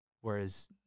Whereas